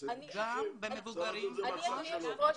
ברשותך אדוני היושב ראש,